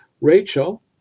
Rachel